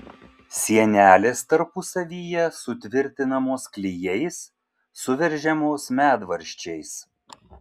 sienelės tarpusavyje sutvirtinamos klijais suveržiamos medvaržčiais